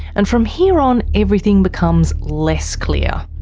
and from here on everything becomes less clear.